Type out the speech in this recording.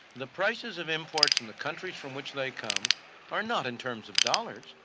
the prices of imports in the countries from which they come are not in terms of dollars,